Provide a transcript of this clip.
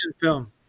film